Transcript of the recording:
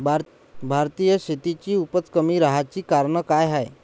भारतीय शेतीची उपज कमी राहाची कारन का हाय?